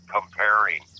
comparing